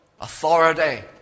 authority